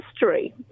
history